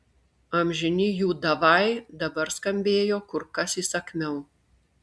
amžini jų davai dabar skambėjo kur kas įsakmiau